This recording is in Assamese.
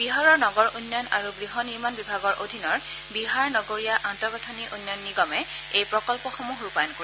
বিহাৰৰ নগৰ উন্নয়ন আৰু গৃহ নিৰ্মাণ বিভাগৰ অধীনৰ বিহাৰ নগৰীয়া আন্তঃগাঁথনি উন্নয়ন নিগমে এই প্ৰকল্পসমূহ ৰূপায়ণ কৰিব